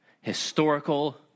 Historical